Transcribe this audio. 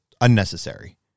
unnecessary